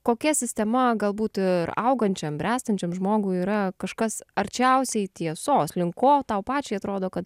kokia sistema galbūt ir augančiam bręstančiam žmogui yra kažkas arčiausiai tiesos link ko tau pačiai atrodo kad